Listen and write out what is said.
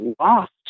lost